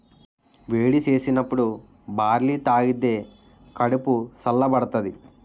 వేడి సేసినప్పుడు బార్లీ తాగిదే కడుపు సల్ల బడతాది